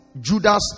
Judas